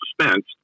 Suspense